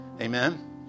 Amen